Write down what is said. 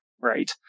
right